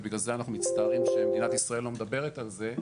ובגלל זה אנחנו מצטערים שמדינת ישראל לא מדברת על זה.